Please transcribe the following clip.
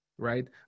right